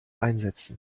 einsetzen